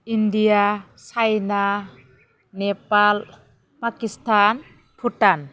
India China Nepal Pakistan Bhutan